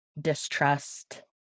distrust